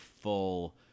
full-